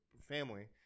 family